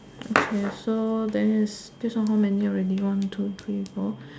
okay so there's this one how many already one two three four